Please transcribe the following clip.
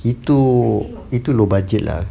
itu itu low budget lah